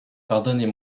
pardonnez